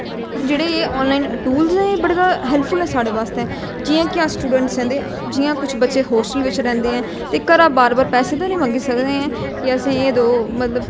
जेह्ड़े एह् online tools न एह बड़े ज्यादा हैल्पफुल न साढ़े बास्तै जियां कि अस स्टूडेंटस आं ते जियां कुछ बच्चे होस्टल बिच्च रैंहदे ऐ ते घरा बार बार पैसे ते नेईं मंगी सकदे ऐ के असें एह् दो मतलब